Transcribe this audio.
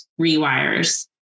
rewires